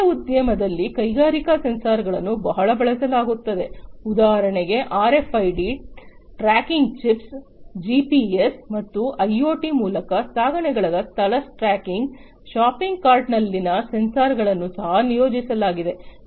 ಚಿಲ್ಲರೆ ಉದ್ಯಮದಲ್ಲಿ ಕೈಗಾರಿಕಾ ಸೆನ್ಸಾರ್ಗಳನ್ನು ಸಹ ಬಳಸಲಾಗುತ್ತದೆ ಉದಾಹರಣೆಗೆ ಆರ್ಎಫ್ಐಡಿ ಟ್ರ್ಯಾಕಿಂಗ್ ಚಿಪ್ಸ್ ಜಿಪಿಎಸ್ ಮತ್ತು ಐಒಟಿ ಮೂಲಕ ಸಾಗಣೆಗಳ ಸ್ಥಳ ಟ್ರ್ಯಾಕಿಂಗ್ ಶಾಪಿಂಗ್ ಕಾರ್ಟ್ನಲ್ಲಿನ ಸೆನ್ಸಾರ್ಗಳನ್ನು ಸಹ ನಿಯೋಜಿಸಲಾಗಿದೆ